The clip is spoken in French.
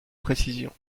précisions